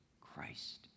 Christ